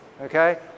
okay